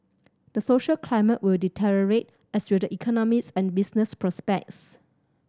the social climate will deteriorate as will the economies and business prospects